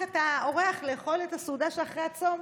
את האורח לאכול את הסעודה שאחרי הצום.